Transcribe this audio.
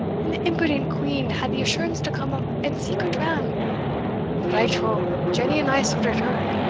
and the impudent quean had the assurance to come up and seek a dram but i trow, jenny and i sorted her!